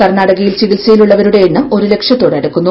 കർണാടകയിൽ ചികിത്സയിൽ ഉള്ളവരുടെ എണ്ണം ഒരു ലക്ഷത്തോട് അടുക്കുന്നു